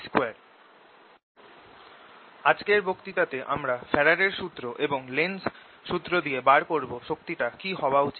Energy 120E2 আজকের বক্তৃতাতে আমরা ফ্যারাডের সুত্র Faraday's Law এবং লেন্জস সুত্র Lenz's law দিয়ে বার করব শক্তিটা কি হওয়া উচিত